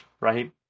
right